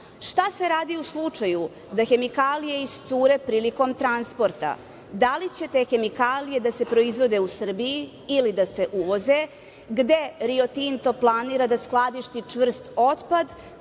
Šta se radi u slučaju da hemikalije iscure prilikom transporta? Da li će te hemikalije da se proizvode u Srbiji, ili da se uvoze? Gde Rio Tinto planira da skladišti čvrst otpad,